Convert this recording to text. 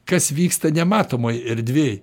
kas vyksta nematomoj erdvėj